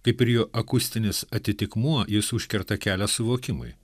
kaip ir jo akustinis atitikmuo jis užkerta kelią suvokimui